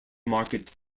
market